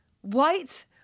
white